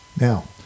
now